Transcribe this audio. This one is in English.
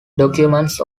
documents